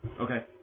Okay